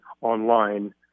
online